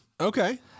Okay